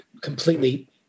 completely